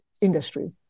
industry